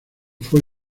fue